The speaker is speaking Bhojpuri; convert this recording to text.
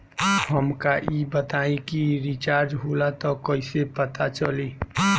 हमका ई बताई कि रिचार्ज होला त कईसे पता चली?